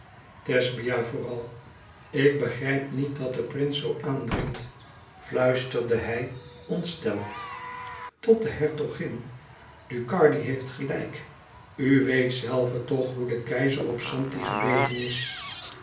thesbia vooral ik begrijp niet dat de prins zoo aandringt fluisterde hij ontsteld tot de hertogin ducardi heeft gelijk u weet zelve toch hoe de keizer op zanti gebeten is